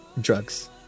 drugs